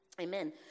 Amen